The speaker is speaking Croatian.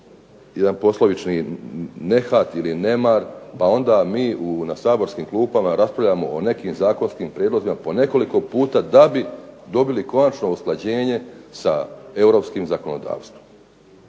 jedan poslovični nehat ili nemar, pa onda mi u saborskim klupama raspravljamo o nekim zakonskim prijedlozima po nekoliko puta da bi dobili konačno usklađenje sa europskim zakonodavstvom.